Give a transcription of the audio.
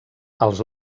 als